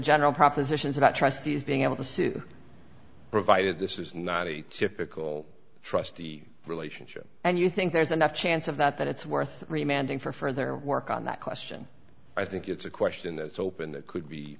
general propositions about trustees being able to sue provided this is not a typical trustee relationship and you think there's enough chance of that that it's worth reminding for further work on that question i think it's a question that's open that could be